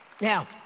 Now